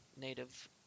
Native